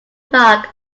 dog